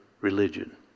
religion